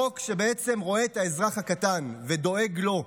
חוק שבעצם רואה את האזרח הקטן ודואג לו,